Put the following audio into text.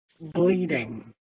bleeding